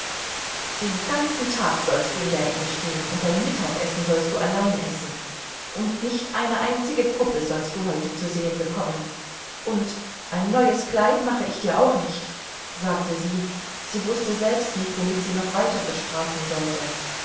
den ganzen tag sollst du in der ecke stehen und dein mittagessen sollst du allein essen und nicht eine einzige puppe sollst du heute zu sehen bekommen und ein neues kleid mache ich dir auch nicht sagte sie sie wußte selbst nicht womit sie sie noch weiter bestrafen sollte